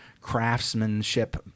craftsmanship